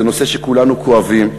זה נושא שכולנו כואבים,